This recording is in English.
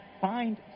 find